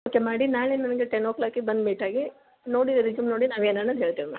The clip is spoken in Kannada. ಓಕೆ ಮಾಡಿ ನಾಳೆ ನನಗೆ ಟೆನ್ ಒ ಕ್ಲೋಕಿಗೆ ಬಂದು ಮೀಟಾಗಿ ನೋಡಿ ರಿಸ್ಯುಮ್ ನೋಡಿ ನಾವು ಏನಾನು ಹೇಳ್ತೇವೆ